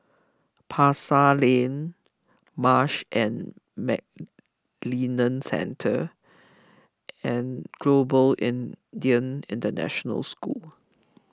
Pasar Lane Marsh and McLennan Centre and Global Indian International School